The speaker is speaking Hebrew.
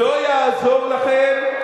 לא יעזור לכם,